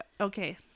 Okay